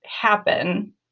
happen